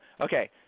okay